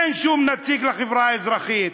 אין שום נציג לחברה האזרחית,